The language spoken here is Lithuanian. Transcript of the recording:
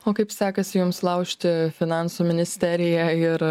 o kaip sekasi jums laužti finansų ministeriją ir